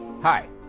Hi